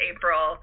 April